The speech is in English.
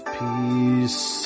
peace